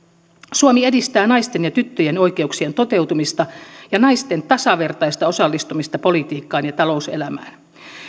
suomi edistää naisten ja tyttöjen oikeuksien toteutumista ja naisten tasavertaista osallistumista politiikkaan ja talouselämään